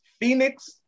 Phoenix